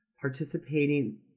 participating